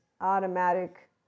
automatic